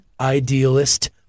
Idealist